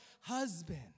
husband